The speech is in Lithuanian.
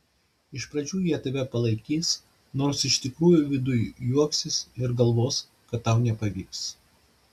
iš pradžių jie tave palaikys nors iš tikrųjų viduj juoksis ir galvos kad tau nepavyks